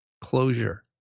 closure